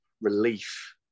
relief